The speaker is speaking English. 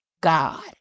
God